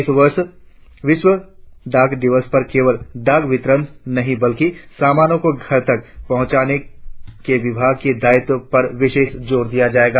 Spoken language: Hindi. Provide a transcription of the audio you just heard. इस वर्ष विश्व डाक दिवस पर केवल डाक वितरण नहीं बल्कि सामानों को घर तक पहुंचाने के विभाग के दायित्व पर विशेष जोर दिया जाएगा